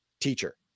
teacher